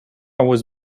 was